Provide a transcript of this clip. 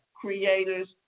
creators